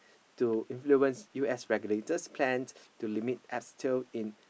to influence U_S regulators plan to limit asbestos in